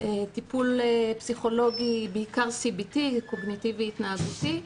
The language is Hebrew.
טיפול פסיכולוגי בעיקר CBT, קוגניטיבי התנהגותי,